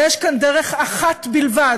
ויש כאן דרך אחת בלבד,